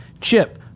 chip